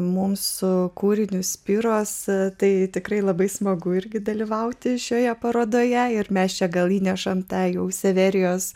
mums su kūriniu inspiruos tai tikrai labai smagu irgi dalyvauti šioje parodoje ir mes čia gal įnešam tai jau severijos